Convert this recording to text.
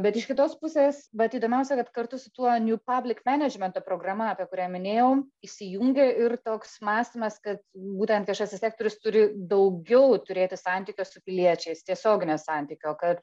bet iš kitos pusės vat įdomiausia kad kartu su tuo new public management ta programa apie kurią minėjau įsijungia ir toks mąstymas kad būtent viešasis sektorius turi daugiau turėti santykio su piliečiais tiesioginio santykio kad